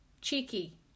cheeky